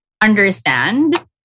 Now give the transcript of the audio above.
understand